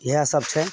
इहए सब छै